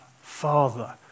Father